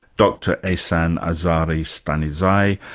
doctor ehsan azari stanizai,